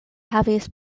havis